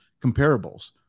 comparables